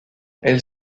elle